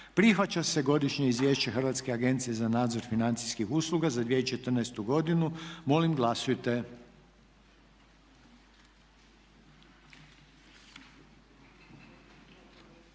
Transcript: Prihvaća se Godišnje izvješće Hrvatske agencije za nadzor financijskih usluga za 2014. godinu. Molim glasujte.